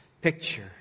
picture